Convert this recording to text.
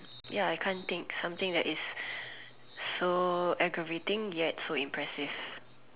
ya I can't think something that is aggravating yet so impressive